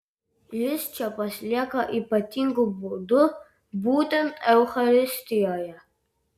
jis čia pasilieka ypatingu būdu būtent eucharistijoje